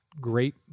great